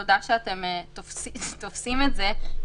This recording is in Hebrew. תודה שאתם תופסים את זה.